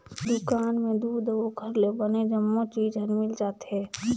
दुकान में दूद अउ ओखर ले बने जम्मो चीज हर मिल जाथे